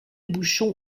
bouchon